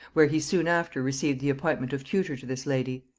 where he soon after received the appointment of tutor to this lady.